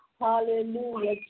hallelujah